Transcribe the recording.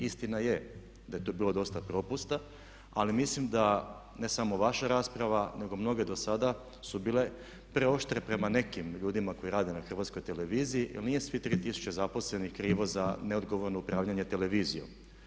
Istina je da je tu bilo dosta propusta, ali mislim da ne samo vaša rasprava nego mnoge dosada su bile preoštre prema nekim ljudima koji rade na HRT-u jer nije svih 3000 zaposlenih krivo za neodgovorno upravljanje televizijom.